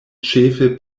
ĉefe